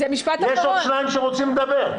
יש עוד שניים שרוצים לדבר.